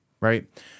right